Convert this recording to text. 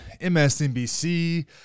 MSNBC